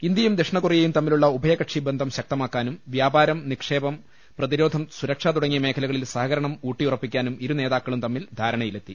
ഇന്ത്യയും ദക്ഷിണ കൊറിയയും തമ്മിലുള്ള ഉഭയകക്ഷി ബന്ധം ശക്തമാക്കാനും വ്യാപാരം നിക്ഷേപം പ്രതിരോധം സുരക്ഷാ തുടങ്ങിയ മേഖലകളിൽ സഹകരണം ഊട്ടിയുറപ്പിക്കാനും ഇരു നേതാക്കളും തമ്മിൽ ധാരണയിലെത്തി